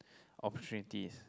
opportunities